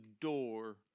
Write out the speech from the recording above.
door